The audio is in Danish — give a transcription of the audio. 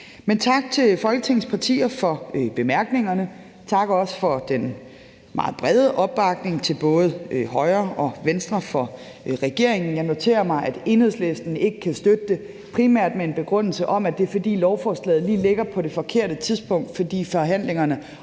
Men tak til Folketingets partier for bemærkningerne. Tak også for den meget brede opbakning fra både højre og venstre side for regeringen. Jeg noterer mig, at Enhedslisten ikke kan støtte det – primært med en begrundelse om, at det er, fordi lovforslaget ligger på det forkerte tidspunkt, fordi forhandlingerne